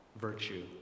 virtue